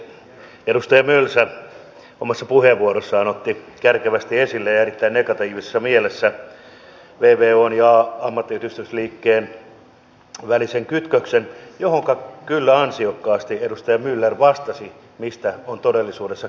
edustaja mölsä omassa puheenvuorossaan otti kärkevästi ja erittäin negatiivisessa mielessä esille vvon ja ammattiyhdistysliikkeen välisen kytköksen johonka kyllä ansiokkaasti edustaja myller vastasi mistä on todellisuudessa kysymys